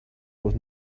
was